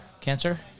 cancer